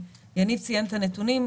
יניב ציין את הנתונים,